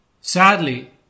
Sadly